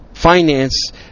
Finance